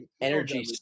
Energy